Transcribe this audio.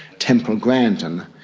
temple grandin,